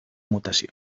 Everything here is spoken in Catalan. mutació